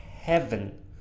heaven